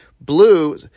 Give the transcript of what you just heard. blue